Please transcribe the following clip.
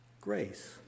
grace